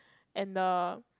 and the